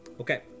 Okay